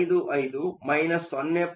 55 0